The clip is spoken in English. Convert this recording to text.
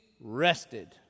rested